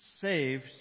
Saved